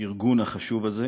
לארגון החשוב הזה.